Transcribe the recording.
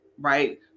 right